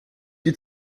die